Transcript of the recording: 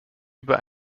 über